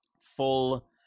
Full